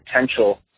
potential